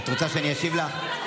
את רוצה שאני אשיב לך?